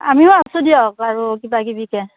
আমিও আছো দিয়ক আৰু কিবা কিবিকে